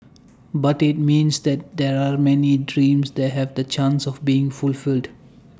but IT means that there are many dreams that have the chance of being fulfilled